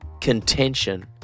contention